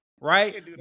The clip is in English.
right